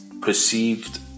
perceived